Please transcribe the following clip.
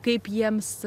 kaip jiems